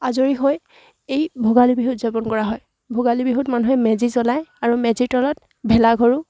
আজৰি হৈ এই ভোগালী বিহু উদযাপন কৰা হয় ভোগালী বিহুত মানুহে মেজি জ্বলায় আৰু মেজিৰ তলত ভেলাঘৰো